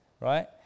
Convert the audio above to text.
right